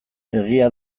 egia